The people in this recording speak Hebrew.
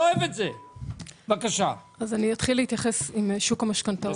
אני אתחיל להתייחס לשוק המשכנתאות.